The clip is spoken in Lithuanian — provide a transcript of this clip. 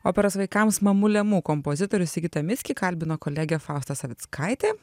operos vaikams mamulė mū kompozitorių sigitą mickį kalbino kolegė fausta savickaitė